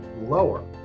lower